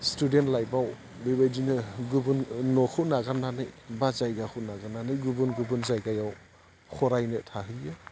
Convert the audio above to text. student लाइफआव बेबायदिनो गुबुन न'खौ नागारनानै बा जायगाखौ नागारनानै गुबुन गुबुन जायगायाव फरायनो थाहैयो